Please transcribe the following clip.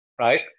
right